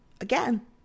Again